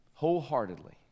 Wholeheartedly